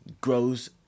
grows